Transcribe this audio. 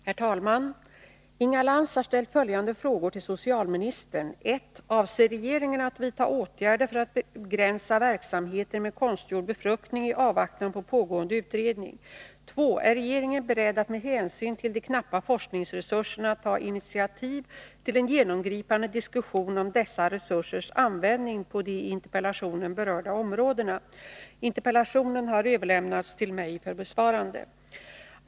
Herr talman! Inga Lantz har ställt följande frågor till socialministern: 2. Är regeringen beredd att, med hänsyn till de knappa forskningsresurserna, ta initiativ till en genomgripande diskussion om dessa resursers användning på de i interpellationen berörda områdena? Interpellationen har överlämnats till mig för besvarande.